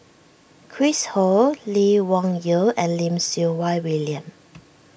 Chris Ho Lee Wung Yew and Lim Siew Wai William